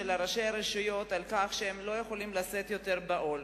ראשי הרשויות שהם לא יכולים לשאת יותר בעול.